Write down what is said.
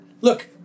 Look